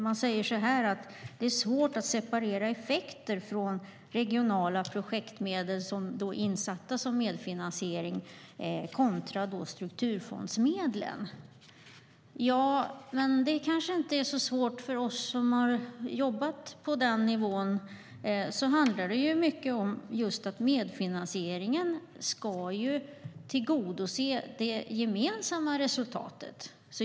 Man säger att det är svårt att separera effekter av regionala projektmedel som är insatta som medfinansiering från effekter av strukturfondsmedlen. För oss som har jobbat på den nivån är det dock inte så svårt. Det handlar ju om att medfinansieringen ska tillgodose det gemensamma resultatet.